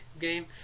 game